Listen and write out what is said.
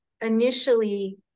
initially